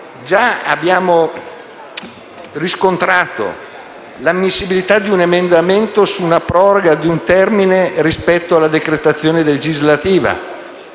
abbiamo riscontrato l'ammissibilità di un emendamento sulla proroga di un termine rispetto alla decretazione legislativa